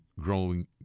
growing